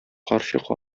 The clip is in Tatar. карчык